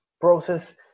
process